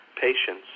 patience